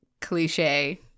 cliche